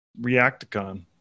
Reacticon